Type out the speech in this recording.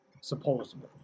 Supposedly